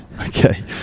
okay